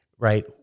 Right